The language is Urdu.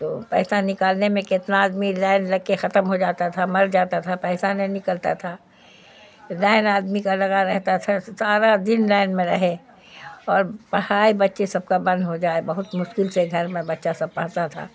تو پیسہ نکالنے میں کتنا آدمی لائن لگ کے ختم ہو جاتا تھا مر جاتا تھا پیسہ نہیں نکلتا تھا لائن آدمی کا لگا رہتا تھا سارا دن لائن میں رہے اور پڑھائی بچے سب کا بند ہو جائے بہت مشکل سے گھر میں بچہ سب پڑھتا تھا